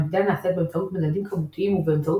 המדידה נעשית באמצעות מדדים כמותיים ובאמצעות